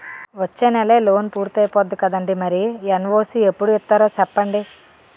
వచ్చేనెలే లోన్ పూర్తయిపోద్ది కదండీ మరి ఎన్.ఓ.సి ఎప్పుడు ఇత్తారో సెప్పండి